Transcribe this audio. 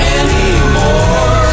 anymore